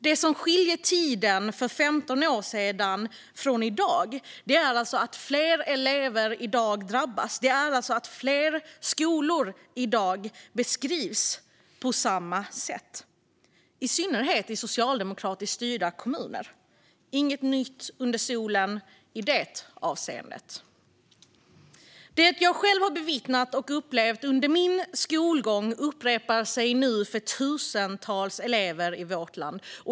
Det som skiljer tiden för 15 år sedan från i dag är att fler elever drabbas i dag, alltså att fler skolor beskrivs på samma sätt, i synnerhet i socialdemokratiskt styrda kommuner. Det är inget nytt under solen i det avseendet. Det som jag själv har bevittnat och upplevt under min skolgång upprepar sig nu för tusentals elever i vårt land.